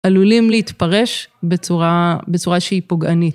עלולים להתפרש בצורה, בצורה שהיא פוגענית.